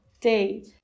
day